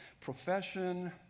profession